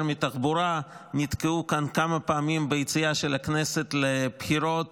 מתחבורה נתקעו כאן כמה פעמים ביציאה של הכנסת לבחירות,